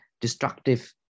destructive